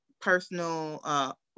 personal